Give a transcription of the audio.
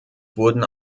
wurden